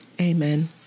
Amen